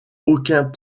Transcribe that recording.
aucun